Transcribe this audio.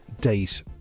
Date